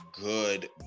good